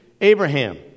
Abraham